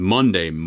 Monday